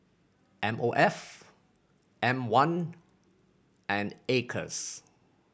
M O F M One and Acres